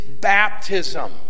baptism